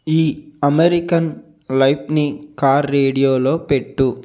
ఈ అమెరికన్ లైఫ్ని కార్ రేడియోలో పెట్టు